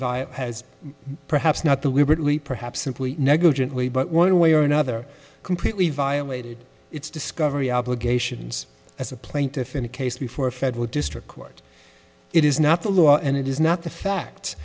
via has perhaps not the liberally perhaps simply negligent way but one way or another completely violated its discovery obligations as a plaintiff in a case before a federal district court it is not the law and it is not the fact